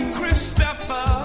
Christopher